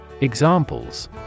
Examples